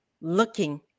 looking